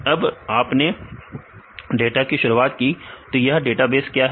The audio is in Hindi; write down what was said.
तो जब आपने डाटा की शुरुआत की तो यह डेटाबेस क्या है